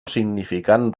significant